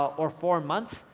or four months.